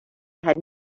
had